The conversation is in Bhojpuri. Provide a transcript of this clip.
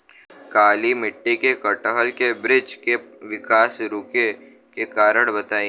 काली मिट्टी में कटहल के बृच्छ के विकास रुके के कारण बताई?